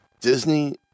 Disney